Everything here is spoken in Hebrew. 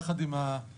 יחד עם המשתתפים,